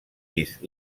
vist